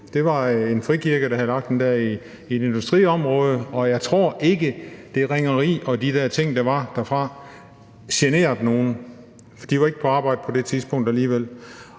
Det var en frikirke, der havde lagt den der i et industriområde, og jeg tror ikke, det ringeri og de der ting, der var derfra, generede nogen. De var ikke på arbejde på det tidspunkt alligevel.